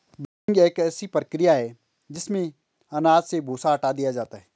winnowing एक ऐसी प्रक्रिया है जिसमें अनाज से भूसा हटा दिया जाता है